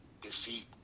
defeat